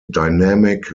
dynamic